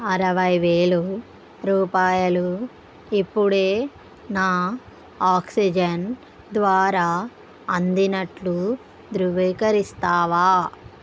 అరవై వేలు రూపాయలు ఇప్పుడే నా ఆక్సిజెన్ ద్వారా అందినట్లు ధృవీకరిస్తావా